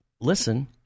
listen